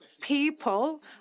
people